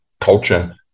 culture